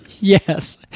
Yes